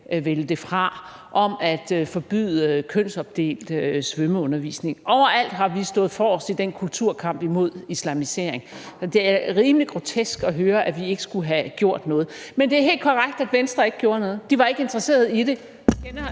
det fra, og om at forbyde kønsopdelt svømmeundervisning. Overalt har vi stået forrest i den kulturkamp imod islamisering. Så det er rimelig grotesk at høre, at vi ikke skulle have gjort noget. Men det er helt korrekt, at Venstre ikke gjorde noget. De var ikke interesserede i det.